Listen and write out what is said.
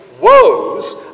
woes